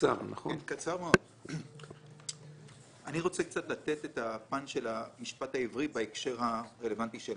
אני רוצה לתת מעט מהפן של המשפט העברי בהקשר שלנו.